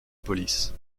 police